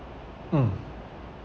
mm